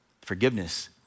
Forgiveness